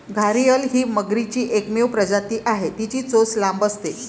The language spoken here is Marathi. घारीअल ही मगरीची एकमेव प्रजाती आहे, तिची चोच लांब असते